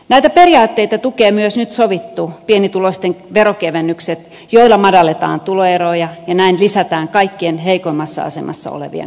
näitä periaatteita tukevat myös nyt sovitut pienituloisten veronkevennykset joilla madalletaan tuloeroja ja näin lisätään kaikkein heikoimmassa asemassa olevien ostovoimaa